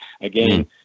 again